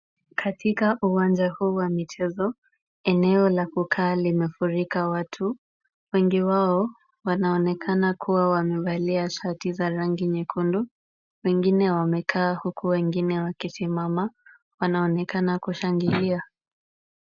Katika uwanja huu wa michezo. eneo la kukaa limefurika watu. Wengi wao wanaonekana kuwa wamevalia shati za rangi nyekundu. Wengine wamekaa huku wengine wakisimama. Wanaonekana kushangilia.